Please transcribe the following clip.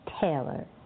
Taylor